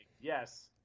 yes